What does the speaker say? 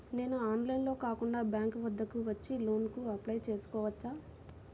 నేను ఆన్లైన్లో కాకుండా బ్యాంక్ వద్దకు వచ్చి లోన్ కు అప్లై చేసుకోవచ్చా?